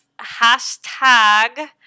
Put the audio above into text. Hashtag